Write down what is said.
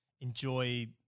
enjoy